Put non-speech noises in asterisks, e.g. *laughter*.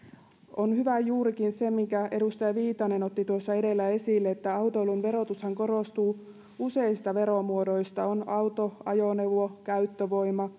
on hyvä juurikin se minkä edustaja viitanen otti tuossa edellä esille että autoilun verotushan koostuu useista veromuodoista on auto ajoneuvo käyttövoima *unintelligible*